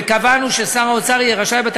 וקבענו ששר האוצר יהיה רשאי להגדיל